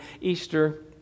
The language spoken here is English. Easter